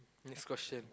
next question